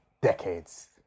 decades